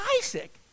Isaac